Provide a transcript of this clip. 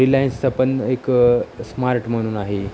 रिलायन्सचा पण एक स्मार्ट म्हणून आहे